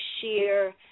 sheer